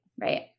right